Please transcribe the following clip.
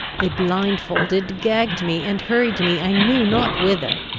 they blindfolded, gagged me, and hurried me i knew not whither.